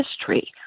history